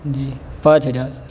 جی پانچ ہزار سر